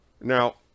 Now